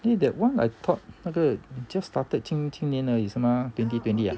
eh that one I thought 那个 just started 今年而已是吗 twenty twenty uh